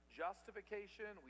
justification